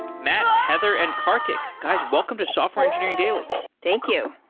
matt, heather, and karthik. guys, welcome to software engineering daily thank you.